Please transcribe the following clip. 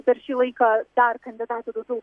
per šį laiką dar kandidatų daugiau